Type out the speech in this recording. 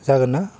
जागोन ना